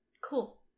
Cool